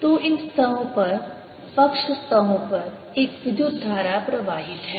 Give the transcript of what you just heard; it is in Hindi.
तो इन सतहों पर पक्ष सतहों पर एक विद्युत धारा प्रवाहित है